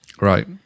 Right